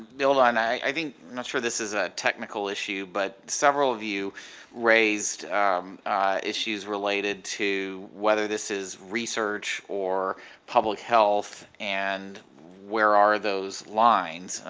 ah and i mean not sure this is a technical issue, but several of you raised issues related to whether this is research or public health and where are those lines?